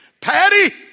Patty